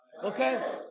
Okay